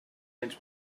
béns